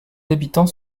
habitants